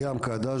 יש בעיה של רווחה,